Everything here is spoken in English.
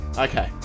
Okay